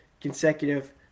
consecutive